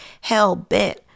hell-bent